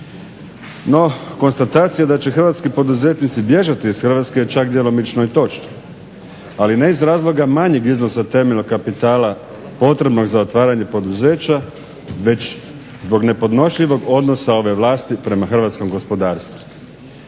No konstatacija da će hrvatski poduzetnici bježati iz Hrvatske je čak djelomično i točna, ali ne iz razloga manjeg iznosa temeljnog kapitala potrebnog za otvaranje poduzeća već zbog nepodnošljivog odnosa ove vlasti prema hrvatskom gospodarstvu.